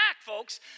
folks